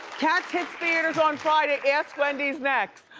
cats hits theaters on friday, ask wendy's next.